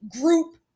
group